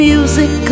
Music